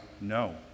no